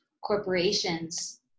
corporations